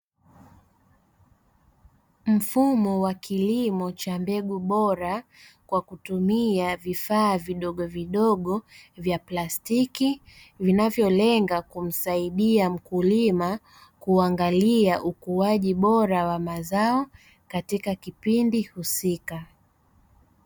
Mfumo wa kilimo cha mbegu bora, kwa kutumia vifaa vidogovidogo vya plastiki, vinavyolenga kumsaidia mkulima kuangalia ukuaji bora wa mazao, katika kipindi husika.